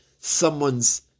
someone's